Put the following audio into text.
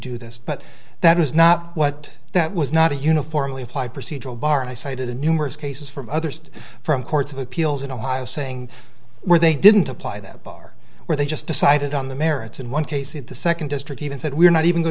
do this but that is not what that was not a uniformly applied procedural bar and i cited in numerous cases from others from courts of appeals in ohio saying where they didn't apply that bar where they just decided on the merits in one case and the second district even said we're not even go